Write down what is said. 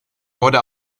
wurde